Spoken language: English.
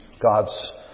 God's